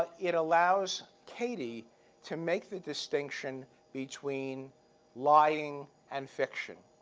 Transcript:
ah it allows katie to make that distinction between lying and fiction.